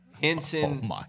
Henson